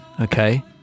okay